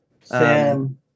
Sam